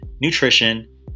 nutrition